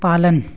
पालन